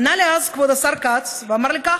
ענה לי אז כבוד השר כץ ואמר לי כך: